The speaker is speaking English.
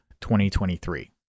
2023